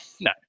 No